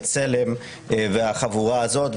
בצלם והחבורה הזאת,